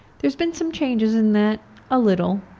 there's been some changes in that a little.